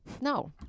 no